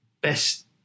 best